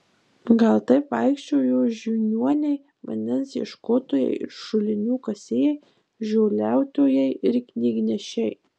gal taip vaikščiojo žiniuoniai vandens ieškotojai ir šulinių kasėjai žoliautojai ir knygnešiai